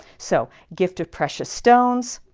so gift of precious stones,